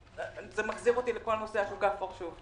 זה מחזיר אותי לכל נושא השוק האפור שוב.